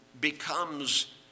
becomes